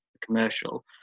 commercial